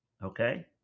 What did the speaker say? okay